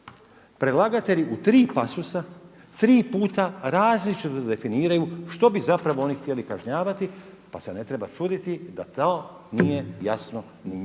Predlagatelj u tri pasosa, tri puta različito definiraju što bi zapravo oni htjeli kažnjavati pa se ne treba čuditi da to nije jasno ni njima